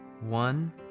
One